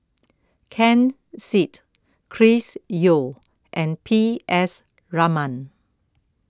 Ken Seet Chris Yeo and P S Raman